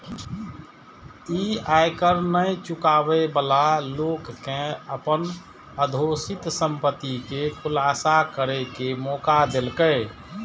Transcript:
ई आयकर नै चुकाबै बला लोक कें अपन अघोषित संपत्ति के खुलासा करै के मौका देलकै